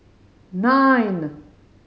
nine